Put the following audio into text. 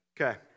Okay